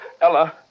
Ella